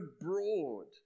broad